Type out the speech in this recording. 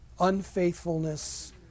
unfaithfulness